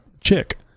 chick